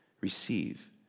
receive